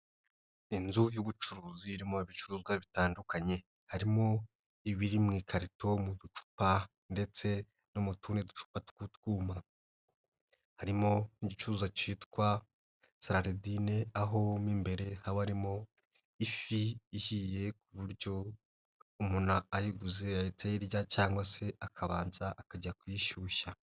Inzu y'ubucuruzi irimo ibicuruzwa bitandukanye harimo ibiri mu ikarito, mu ducupa ndetse no mu tundi ducupa tw'utwuma, harimo n'igicuza kitwa saladine aho mo imbere habamo ifi ihiye ku buryo umuntu ayiguze yahita ayirya cyangwa se akabanza akajya kuyishyushya.